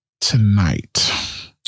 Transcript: tonight